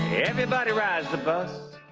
everybody rides the bus